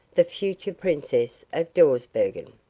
the future princess of dawsbergen.